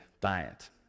diet